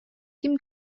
ким